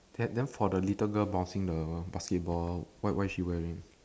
then then for the little girl bouncing the basketball what what is she wearing